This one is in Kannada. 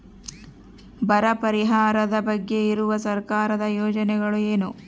ಬರ ಪರಿಹಾರದ ಬಗ್ಗೆ ಇರುವ ಸರ್ಕಾರದ ಯೋಜನೆಗಳು ಏನು?